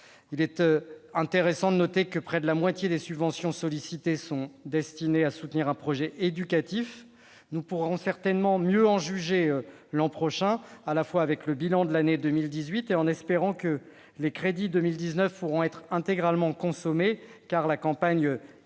Il est intéressant de noter que près de la moitié des subventions sollicitées sont destinées à soutenir un projet éducatif. Nous pourrons certainement mieux en juger l'an prochain- nous pourrons tirer le bilan de l'année 2018 -, en espérant que les crédits pour 2019 pourront être intégralement consommés, car la campagne d'examen